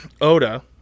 Oda